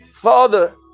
Father